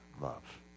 love